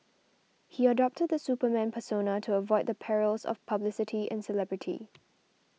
he adopted the Superman persona to avoid the perils of publicity and celebrity